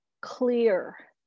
clear